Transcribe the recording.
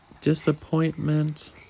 Disappointment